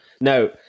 No